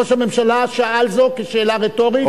ראש הממשלה שאל זאת כשאלה רטורית.